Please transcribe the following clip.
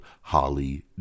Holly